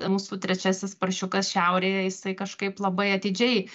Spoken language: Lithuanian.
mūsų trečiasis paršiukas šiaurėje jisai kažkaip labai atidžiai